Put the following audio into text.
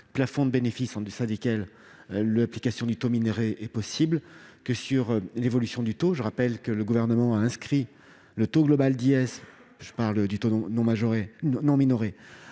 plafond de bénéfices en deçà duquel l'application du taux minoré est possible que sur celle de l'évolution du taux. Je rappelle que le Gouvernement a inscrit le taux global d'IS, c'est-à-dire non minoré,